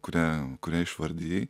kurią kurią išvardijai